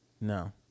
No